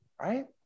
Right